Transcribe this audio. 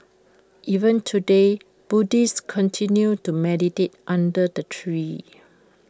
even today Buddhists continue to meditate under the tree